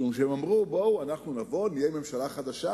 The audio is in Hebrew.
משום שהם אמרו: אנו נבוא ונהיה ממשלה חדשה,